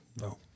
No